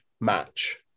match